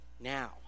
now